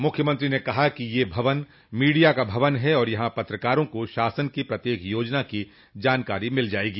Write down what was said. मुख्यमंत्री ने कहा कि यह भवन मीडिया का भवन है और यहां पत्रकारों को शासन की प्रत्येक योजना की जानकारी मिल जायेगी